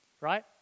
right